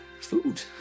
food